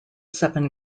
seven